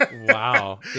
wow